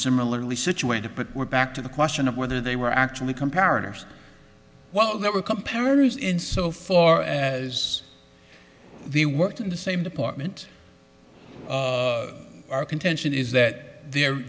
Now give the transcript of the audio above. similarly situated but we're back to the question of whether they were actually comparatives while never compare is in so far as the work in the same department our contention is that their